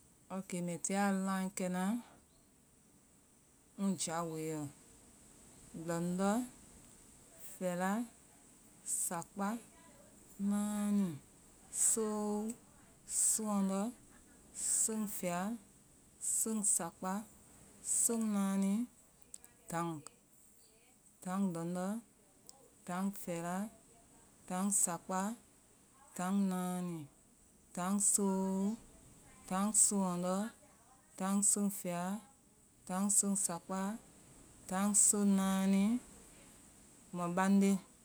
Okay mbɛ llya lankema muja woe lɔ. lɔndɔ. fɛla. sakpa. naani. soolu. sonlɔndɔ. son fɛla. son sakpa. son naani. tan. tan lɔndɔ. tan fɛla. tan sakpa. tan naani. Tan soolu. tan son lɔndɔ. tan son fɛla. tan son sakpa. tan son naani. mɔ bande